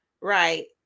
right